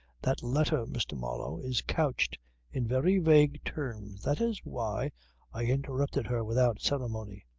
that letter, mr. marlow, is couched in very vague terms. that is why i interrupted her without ceremony.